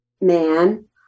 man